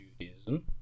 Judaism